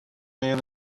man